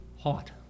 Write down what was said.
hot